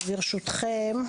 אז ברשותכם,